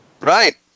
Right